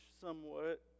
somewhat